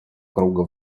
круга